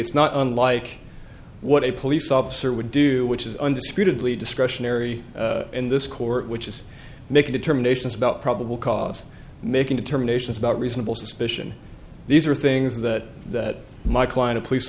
it's not unlike what a police officer would do which is undisputedly discretionary in this court which is making determinations about probable cause making determinations about reasonable suspicion these are things that my client a police